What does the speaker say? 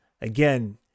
again